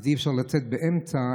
אז אי-אפשר לצאת באמצע,